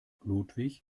ludwig